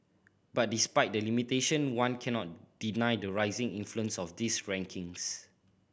but despite the limitation one cannot deny the rising influence of these rankings